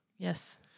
Yes